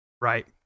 right